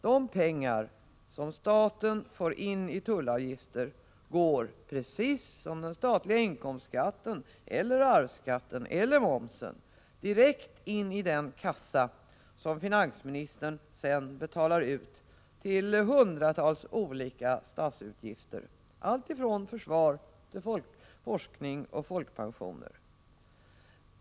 De pengar som staten får in i tullavgifter går, precis som den statliga inkomstskatten eller arvsskatten eller momsen, direkt in i den kassa som finansministern sedan betalar ut till hundratals olika statsutgifter alltifrån försvar till forskning och folkpensioner.